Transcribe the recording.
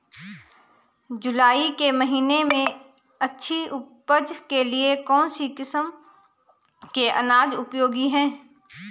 जुलाई के महीने में अच्छी उपज के लिए कौन सी किस्म के अनाज उपयोगी हैं?